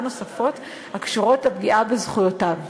נוספות הקשורות לפגיעה בזכויותיו.